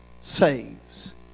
saves